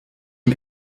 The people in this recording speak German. ihm